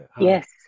Yes